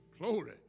Glory